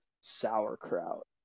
sauerkraut